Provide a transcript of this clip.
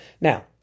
Now